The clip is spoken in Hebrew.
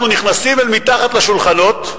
אנחנו נכנסים אל מתחת לשולחנות,